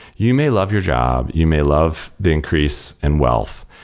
you may love your job. you may love the increase in wealth.